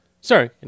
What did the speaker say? Sorry